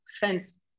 fence